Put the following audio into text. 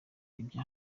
bya